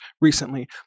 recently